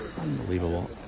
unbelievable